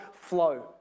flow